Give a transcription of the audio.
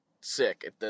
sick